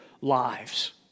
lives